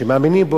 שמאמינים בו.